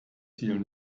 ziel